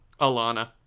Alana